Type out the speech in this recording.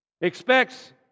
expects